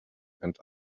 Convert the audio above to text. and